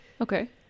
Okay